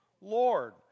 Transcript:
Lord